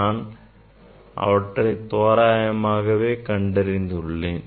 நான் அவற்றை தோராயமாகவே கண்டறிந்துள்ளேன்